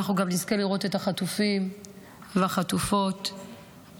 אנחנו גם נזכה לראות את החטופים והחטופות בבית.